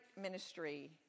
ministry